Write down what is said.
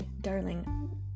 Darling